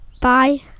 Bye